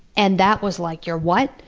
and that was like, you're what?